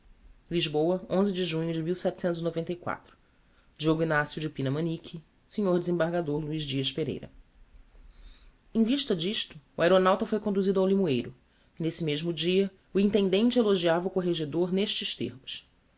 lisboa de junho de dia naco de pina manique snr dz or luiz dias pereira em vista d'isto o aeronauta foi conduzido ao limoeiro e n'esse mesmo dia o intendente elogiava o corregedor n'estes termos